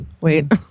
Wait